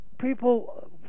People